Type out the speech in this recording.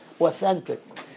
authentic